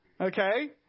okay